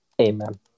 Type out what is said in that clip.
Amen